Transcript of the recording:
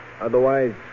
Otherwise